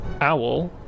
owl